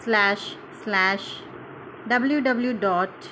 slash slash W W dot